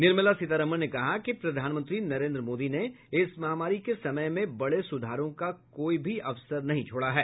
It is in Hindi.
निर्मला सीतारामन ने कहा कि प्रधानमंत्री नरेन्द्र मोदी ने इस महामारी के समय में बड़े सुधारों का कोई भी अवसर नहीं छोड़ा है